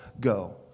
go